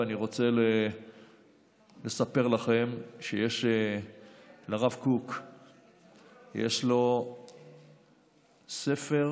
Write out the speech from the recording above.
אני רוצה לספר לכם שלרב קוק יש ספר,